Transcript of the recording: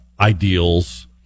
ideals